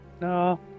No